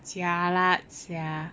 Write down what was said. jialat sia